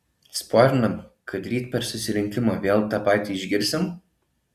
sporinam kad ryt per susirinkimą vėl tą patį išgirsim